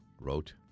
wrote